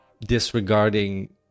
disregarding